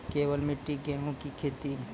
केवल मिट्टी गेहूँ की खेती?